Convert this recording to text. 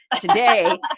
today